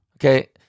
Okay